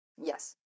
Yes